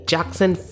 Jackson